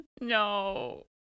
No